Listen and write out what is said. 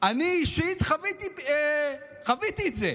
אני אישית חוויתי את זה.